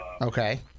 Okay